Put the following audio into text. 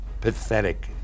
pathetic